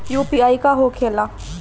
UPI का होखेला?